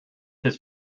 his